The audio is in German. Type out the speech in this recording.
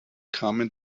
kamen